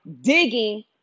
digging